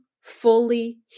fully